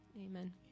Amen